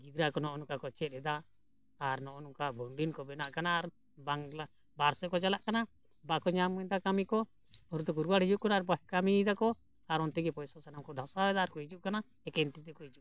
ᱜᱤᱫᱽᱨᱟᱹ ᱠᱚ ᱱᱚᱜᱼᱚ ᱱᱚᱝᱠᱟ ᱠᱚ ᱪᱮᱫ ᱮᱫᱟ ᱟᱨ ᱱᱚᱜᱼᱚ ᱱᱚᱝᱠᱟ ᱵᱷᱩᱝᱞᱤᱱ ᱠᱚ ᱵᱮᱱᱟᱜ ᱠᱟᱱᱟ ᱟᱨ ᱵᱟᱝᱞᱟ ᱵᱟᱦᱮᱨᱨ ᱥᱮᱫ ᱠᱚ ᱪᱟᱞᱟᱜ ᱠᱟᱱᱟ ᱵᱟᱠᱚ ᱧᱟᱢᱮᱫᱟ ᱠᱟᱹᱢᱤ ᱠᱚ ᱯᱚᱨᱮ ᱛᱮᱠᱚ ᱨᱩᱣᱟᱹᱲ ᱦᱤᱡᱩᱜ ᱠᱟᱱᱟ ᱟᱨ ᱵᱟᱠᱚ ᱠᱟᱹᱢᱤᱭᱮᱫᱟ ᱠᱚ ᱟᱨ ᱚᱱᱛᱮᱜᱮ ᱯᱚᱭᱥᱟ ᱥᱮᱱ ᱠᱚ ᱫᱷᱟᱥᱟᱣ ᱮᱫᱟ ᱟᱨᱠᱚ ᱦᱤᱡᱩᱜ ᱠᱟᱱᱟ ᱮᱠᱮᱱ ᱛᱤ ᱛᱮᱠᱚ ᱦᱤᱡᱩᱜ ᱠᱟᱱᱟ